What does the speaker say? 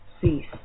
cease